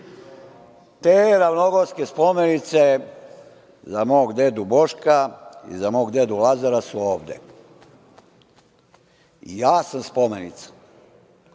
Te ravnogorske spomenice za mog dedu Boška i za mog dedu Lazara su ovde. Ja sam njihova spomenica,